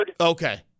Okay